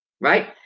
Right